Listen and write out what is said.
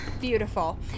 Beautiful